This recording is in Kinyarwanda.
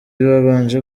babanje